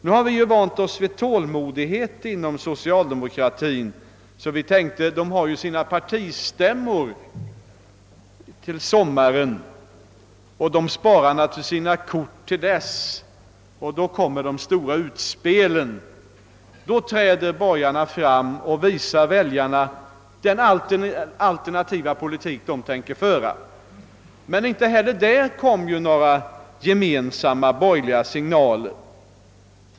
Vi har emellertid inom socialdemokratin vant oss vid att visa tålmodighet, och vi tänkte därför att de borgerliga partierna, som till sommaren skulle hålla sina partistämmor, önskade spara sina kort till dessa. Då skulle de stora utspelen komma; de borgerliga skulle träda fram och visa väljarna den alternativa politik de tänkte föra. Men inte heller därifrån hördes några gemensamma borgerliga signaler.